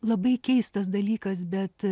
labai keistas dalykas bet